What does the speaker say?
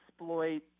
exploit